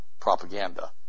propaganda